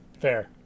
Fair